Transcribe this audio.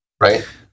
right